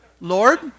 Lord